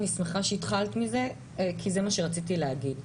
אני שמחה שהתחלת מזה כי זה מה שרציתי להגיד.